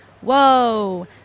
Whoa